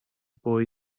boy